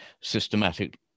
systematic